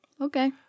okay